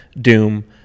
Doom